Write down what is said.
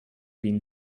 been